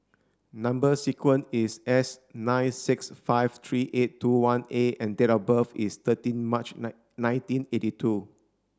number sequence is S nine six five three eight two one A and date of birth is thirteen March nine nineteen eighty two